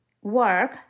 work